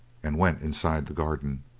and went inside the garden.